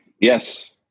yes